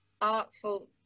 Artful